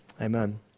Amen